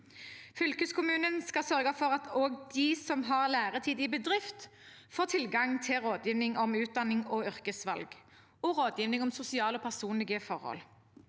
Fylkeskommunen skal sørge for at også de som har læretid i bedrift, får tilgang til rådgivning om utdanning og yrkesvalg og rådgivning om sosiale og personlige forhold.